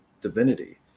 divinity